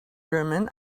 german